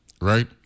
right